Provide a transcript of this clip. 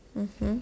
mmhmm